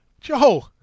Joe